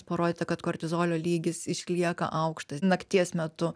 parodyta kad kortizolio lygis išlieka aukštas nakties metu